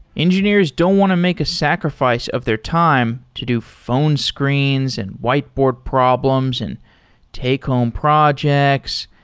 engineers don't want to make a sacrifice of their time to do phone screens, and whiteboard problems and take-home projects.